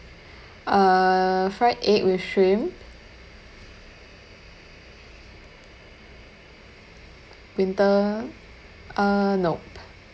uh fried egg with shrimp winter uh nope